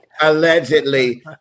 Allegedly